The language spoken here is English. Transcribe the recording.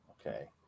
okay